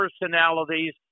personalities